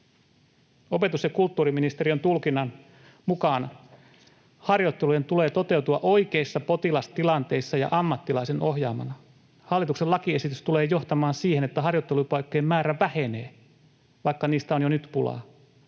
Opetus- ja kulttuuriministeriön tulkinnan mukaan harjoittelujen tulee toteutua oikeissa potilastilanteissa ja ammattilaisen ohjaamana. Hallituksen lakiesitys tulee johtamaan siihen, että harjoittelupaikkojen määrä vähenee, vaikka niistä on jo nyt pulaa.